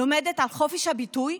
לומדת על חופש הביטוי,